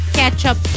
ketchup